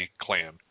clan